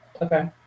Okay